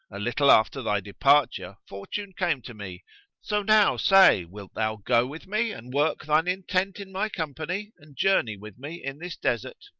a little after thy departure, fortune came to me so now say, wilt thou go with me and work thine intent in my company and journey with me in this desert?